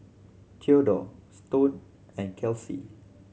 Theodore Stone and Kelcie